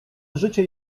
życie